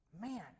Man